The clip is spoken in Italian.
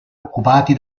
occupati